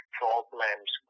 problems